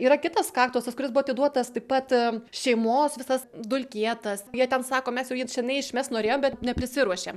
yra kitas kaktusas kuris buvo atiduotas taip pat šeimos visas dulkėtas jie ten sako mes jau jį senai išmest norėjom bet neprisiruošėm